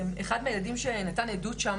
אחד מהילדים שנתן עדות שם,